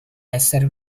essere